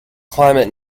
climate